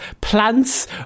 plants